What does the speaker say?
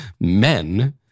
Men